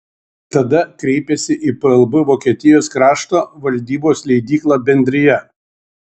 tada kreipėsi į plb vokietijos krašto valdybos leidyklą bendrija